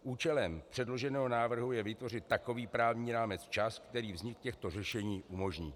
Účelem předloženého návrhu je vytvořit takový právní rámec včas, který vznik těchto řešení umožní.